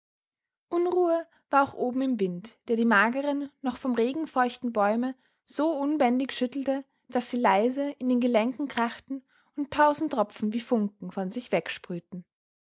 unruhe war auch oben im wind der die mageren noch vom regen feuchten bäume so unbändig schüttelte daß sie leise in den gelenken krachten und tausend tropfen wie funken von sich wegsprühten